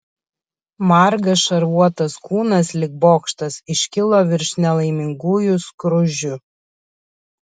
margas šarvuotas kūnas lyg bokštas iškilo virš nelaimingųjų skruzdžių